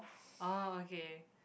orh okay